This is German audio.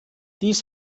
dies